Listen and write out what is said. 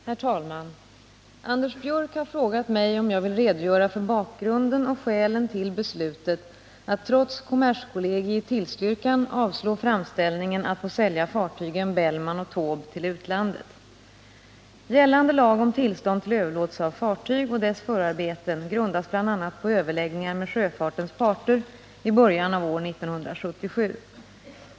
Herr talman! Anders Björck har frågat mig om jag vill redogöra för bakgrunden och skälen till beslutet att trots kommerskollegii tillstyrkan avslå framställningen att få sälja fartygen Bellman och Taube till utlandet. Gällande lag om tillstånd till överlåtelse av fartyg och dess förarbeten grundas bl.a. på överläggningar med sjöfartens parter i början av år 1977.